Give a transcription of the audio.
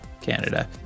Canada